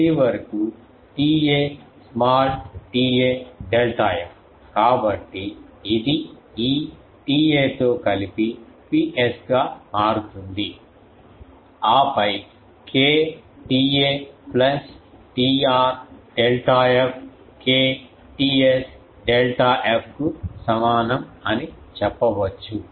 రిసీవర్కు TA small Ta delta f కాబట్టి ఇది ఈ Ta తో కలిపి Ps గా మారింది ఆపై K TA plus Tr delta f K Ts delta f కు సమానం అని చెప్పవచ్చు